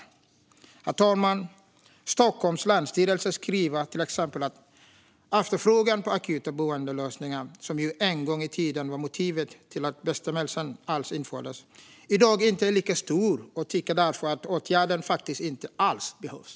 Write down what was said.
Länsstyrelsen Stockholm skriver till exempel att efterfrågan på akuta boendelösningar, som ju en gång i tiden var motivet till att bestämmelsen alls infördes, i dag inte är lika stor och tycker därför att åtgärden faktiskt inte alls behövs.